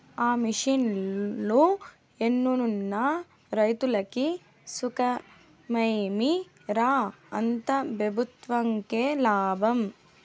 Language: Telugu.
ఆ మిషన్లు ఎన్నున్న రైతులకి సుఖమేమి రా, అంతా పెబుత్వంకే లాభం